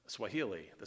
Swahili